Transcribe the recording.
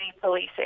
policing